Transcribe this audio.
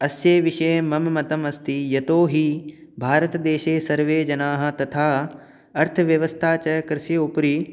अस्य विषये मम मतमस्ति यतोहि भारतदेशे सर्वे जनाः तथा अर्थव्यवस्था च कृषि उपरि